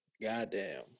Goddamn